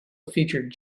featured